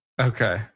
Okay